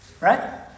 Right